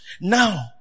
Now